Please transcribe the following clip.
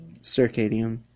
circadian